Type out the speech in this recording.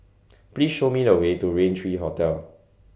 Please Show Me The Way to Rain three Hotel